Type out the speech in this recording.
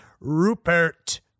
Rupert